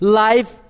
life